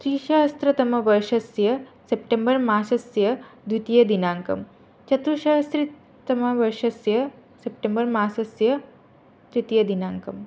त्रिसहस्रतमवर्षस्य सेप्टेम्बर्मासस्य द्वितीयदिनाङ्कः चतुस्सहस्रतमवर्षस्य सेप्टेम्बर्मासस्य तृतीयदिनाङ्कः